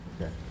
Okay